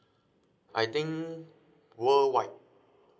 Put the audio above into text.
I think worldwide